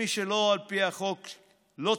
ומי שלא על פי חוק יקבל"